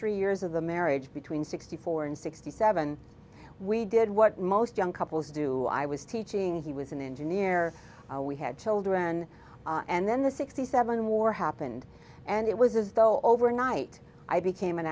three years of the marriage between sixty four and sixty seven we did what most young couples do i was teaching he was an engineer we had children and then the sixty seven war happened and it was as though overnight i became an